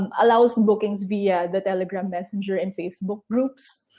um allows and bookings via the telegram messenger in facebook groups.